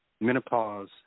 menopause